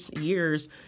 years